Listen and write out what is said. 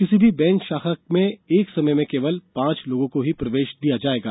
किसी भी बैंक शाखा में एक समय में केवल पांच लोगों को ही प्रवेश दिया जाएगा